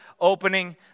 opening